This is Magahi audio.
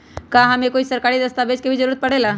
का हमे कोई सरकारी दस्तावेज के भी जरूरत परे ला?